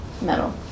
metal